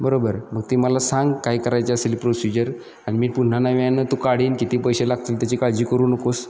बरोबर मग ती मला सांग काय करायची असेल प्रोसिजर आणि मी पुन्हा नव्यानं तो काढीन किती पैसे लागतील त्याची काळजी करू नकोस